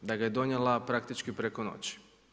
Da ga je donijela praktički preko noći.